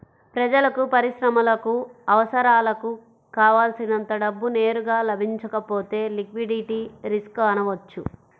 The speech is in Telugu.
ప్రజలకు, పరిశ్రమలకు అవసరాలకు కావల్సినంత డబ్బు నేరుగా లభించకపోతే లిక్విడిటీ రిస్క్ అనవచ్చు